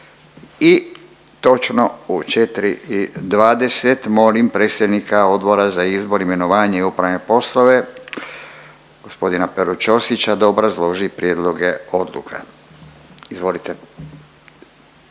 i dvadeset molim predsjednika Odbora za izbor, imenovanje i upravne poslove g. Peru Ćosića da obrazloži prijedloge odluka. Izvolite.